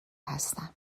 هستم